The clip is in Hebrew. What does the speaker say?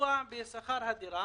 וסיוע בשכר הדירה